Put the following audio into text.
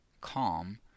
calm